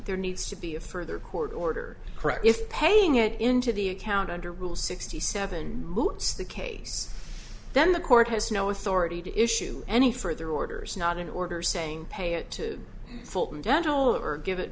there needs to be a further court order if paying it into the account under rule sixty seven moots the case then the court has no authority to issue any further orders not an order saying pay it to fulton general or give it